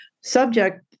subject